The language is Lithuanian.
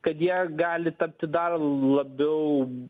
kad jie gali tapti dar labiau